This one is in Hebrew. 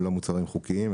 הם לא מוצרים חוקיים,